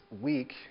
week